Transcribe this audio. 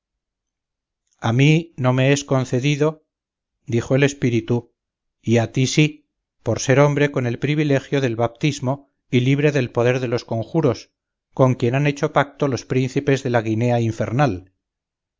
a mí no me es concedido dijo el espíritu y a ti sí por ser hombre con el privilegio del baptismo y libre del poder de los conjuros con quien han hecho pacto los príncipes de la guinea infernal